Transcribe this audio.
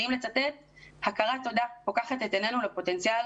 ואם לצטט, "הכרת תודה פוקחת את עינינו לפוטנציאל